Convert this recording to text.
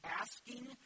asking